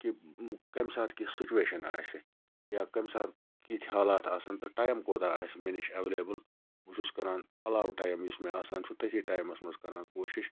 کہِ کمہِ ساتہٕ کِژھ سُچویشَن آسہِ یا کمہِ ساتہٕ کِتھ حالاتھ آسَن تہٕ ٹایِم کوتاہ آسہِ مےٚ نِش ایٚولیبِل بہٕ چھُس کَران علاو ٹایِم یُس مےٚ چھُ تٔتھی ٹایمَس مَنٛز کَران کوٗشِش